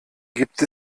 gibt